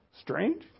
strange